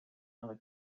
other